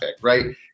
right